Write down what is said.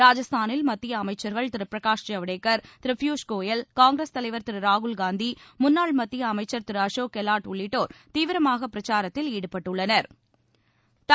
ராஜஸ்தானில் மத்திய அமைச்சர்கள் திரு பிரகாஷ் ஜவ்டேக்கர் திரு பியூஷ் கோயல் காங்கிரஸ் தலைவா் திரு ராகுல் காந்தி முன்னாள் மத்திய அமைச்சா் திரு அசோக் கெல்லாட் உள்ளிட்டோா் தீவிரமாக பிரச்சாரத்தில் ஈடுபட்டுள்ளனா்